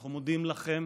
אנחנו מודים לכם